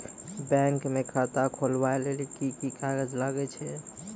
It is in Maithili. बैंक म खाता खोलवाय लेली की की कागज लागै छै?